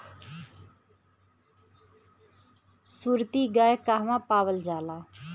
सुरती गाय कहवा पावल जाला?